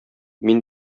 мин